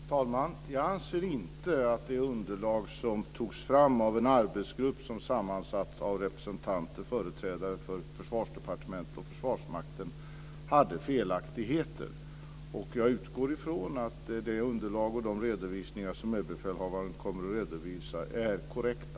Fru talman! Jag anser inte att det underlag som togs fram av en arbetsgrupp som var sammansatt av företrädare för Försvarsdepartementet och Försvarsmakten hade felaktigheter. Jag utgår från att det underlag och de redovisningar som Överbefälhavaren kommer att lämna är korrekta.